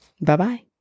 bye-bye